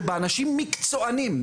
שאנשים מקצוענים.